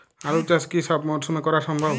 আলু চাষ কি সব মরশুমে করা সম্ভব?